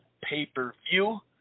pay-per-view